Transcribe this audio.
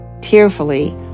Tearfully